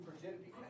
virginity